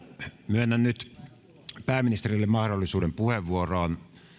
myönnän nyt pääministerille mahdollisuuden puheenvuoroon